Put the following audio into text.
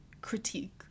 critique